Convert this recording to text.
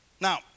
Now